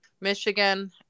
Michigan